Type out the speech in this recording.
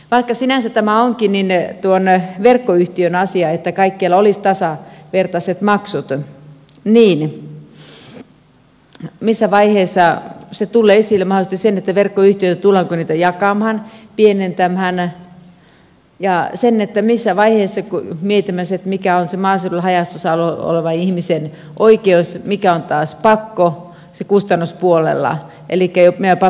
vaikka sinänsä tämä onkin verkkoyhtiön asia että kaikkialla olisi tasavertaiset maksut niin missä vaiheessa tulee esille mahdollisesti se tullaanko verkkoyhtiöitä jakamaan pienentämään ja se missä vaiheessa mietimme sen mikä on sen maaseudulla haja asutusalueella olevan ihmisen oikeus mikä on taas pakko kustannuspuolella